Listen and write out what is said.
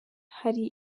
hari